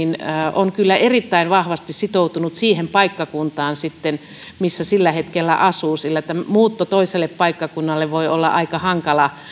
on kyllä erittäin vahvasti sitoutunut siihen paikkakuntaan missä sillä hetkellä asuu sillä muutto toiselle paikkakunnalle voi olla aika hankala